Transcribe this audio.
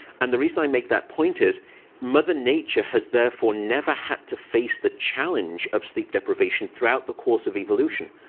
and the reason i make that point is mother nature has, therefore, never had to face the challenge of sleep deprivation throughout the course of evolution.